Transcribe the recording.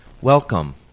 Welcome